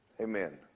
Amen